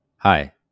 Hi